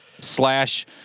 slash